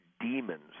demons